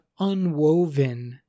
unwoven